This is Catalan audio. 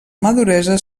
maduresa